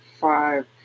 five